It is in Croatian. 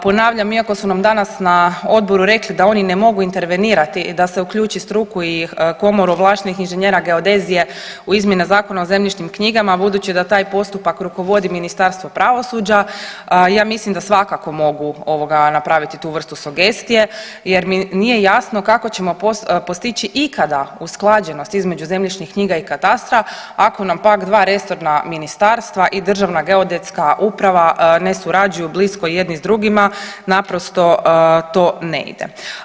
Ponavljam, iako su nam danas na odboru rekli da oni ne mogu intervenirati da se uključi struku i komoru ovlaštenih inženjere geodezije u izmjene Zakona o zemljišnim knjigama budući da taj postupak rukovodi Ministarstvo pravosuđa ja mislim da svakako mogu napraviti tu vrstu sugestije jer mi nije jasno kako ćemo postići ikada usklađenost između zemljišnih knjiga i katastra ako nam pak dva resorna ministarstva i Državna geodetska uprava ne surađuju blisko jedni s drugima, naprosto to ne ide.